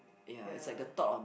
ya